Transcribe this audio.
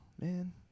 man